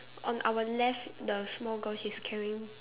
on our left the small girls is carrying